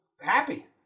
happy